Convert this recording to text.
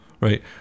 right